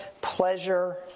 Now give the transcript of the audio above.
pleasure